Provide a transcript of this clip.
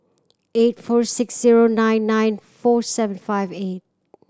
eight four six zero nine nine four seven five eight